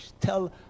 tell